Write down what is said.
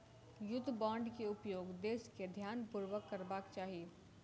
युद्ध बांड के उपयोग देस के ध्यानपूर्वक करबाक चाही